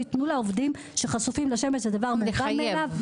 זה דבר מובן מאליו,